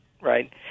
right